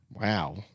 Wow